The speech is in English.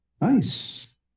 Nice